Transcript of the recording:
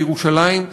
בירושלים,